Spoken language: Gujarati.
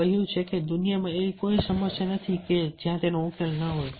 કહ્યું છે કે આ દુનિયામાં એવી કોઈ સમસ્યા નથી કે જ્યાં તેનો ઉકેલ ન હોય